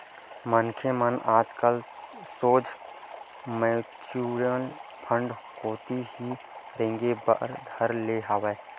मनखे मन ह आजकल सोझ म्युचुअल फंड कोती ही रेंगे बर धर ले हवय